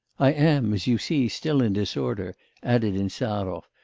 i am, as you see, still in disorder added insarov,